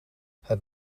het